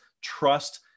trust